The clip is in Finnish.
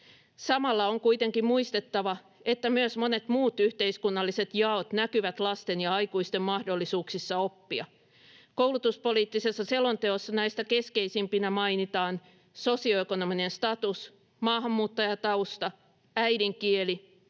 Samalla on kuitenkin muistettava, että myös monet muut yhteiskunnalliset jaot näkyvät lasten ja aikuisten mahdollisuuksissa oppia. Koulutuspoliittisessa selonteossa näistä keskeisimpinä mainitaan sosioekonominen status, maahanmuuttajatausta, äidinkieli,